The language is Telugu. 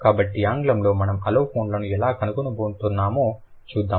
కాబట్టి ఆంగ్లంలో మనం అలోఫోన్లను ఎలా కనుగొనబోతున్నామో చూద్దాం